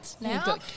now